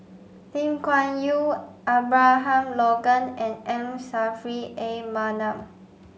Lim Kuan Yew Abraham Logan and M Saffri A Manaf